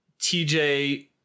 TJ